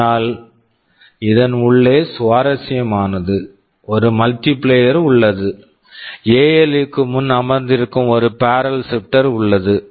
ஆனால் இதன் உள்ளே சுவாரஸ்யமானது ஒரு மல்டிபிளையர் multiplier உள்ளது எஎல்யு ALU க்கு முன் அமர்ந்திருக்கும் ஒரு பாரல் ஷிப்ட்டர் barrel shifter உள்ளது